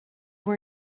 were